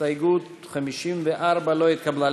הסתייגות 54 לא התקבלה.